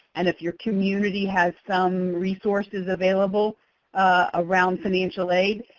and if your community has some resources available around financial aid,